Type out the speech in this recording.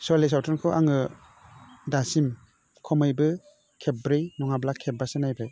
शले सावथुनखौ आङो दासिम खमैबो खेबब्रै नङाब्ला खेब्बासो नायबाय